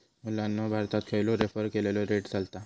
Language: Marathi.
मुलांनो भारतात खयचो रेफर केलेलो रेट चलता?